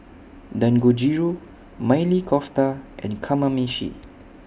Dangojiru Maili Kofta and Kamameshi